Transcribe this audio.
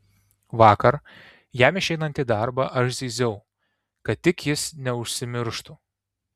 vakar jam išeinant į darbą aš zyziau kad tik jis neužsimirštų